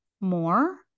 more